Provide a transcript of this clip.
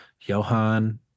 Johan